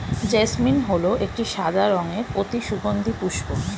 jasmine হল একটি সাদা রঙের অতি সুগন্ধি পুষ্প